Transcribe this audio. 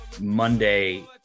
Monday